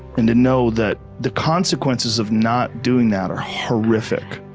and to know that the consequences of not doing that are horrific.